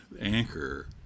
Anchor